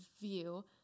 view